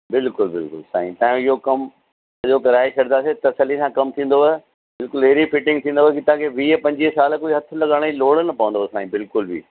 बिल्कुलु बिल्कुलु साईं तव्हांजो इहो कम सॼो कराए छ्ॾदासीं तसल्लीअ सां कम थींदव बिल्कुलु अहिड़ी फ़िटिंग थींदव की तव्हांखे वीह पंजवीह साल कोई हथ लॻाएण जी लोड़ न पवंदव साईं बिल्कुलु बि